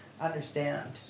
understand